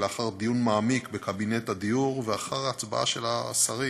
לאחר דיון מעמיק בקבינט הדיור ואחר ההצבעה של השרים,